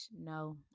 No